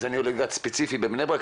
זה ספציפית בבני ברק,